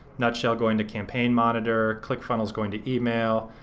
nutshell going to campaign monitor, click funnels going to email,